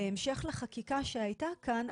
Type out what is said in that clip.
בהמשך לחקיקה שהייתה כאן,